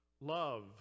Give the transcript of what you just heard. love